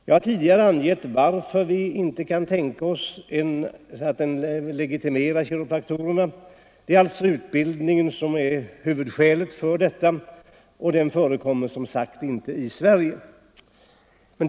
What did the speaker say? Jag har tidigare angivit varför vi inte kan tänka oss att legitimera kiropraktorerna — det är alltså frågan om utbildningen som är huvudskälet för detta; någon sådan utbildning förekommer som sagt inte i Sverige.